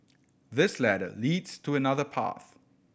this ladder leads to another path